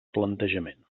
planejament